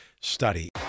study